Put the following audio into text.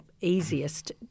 easiest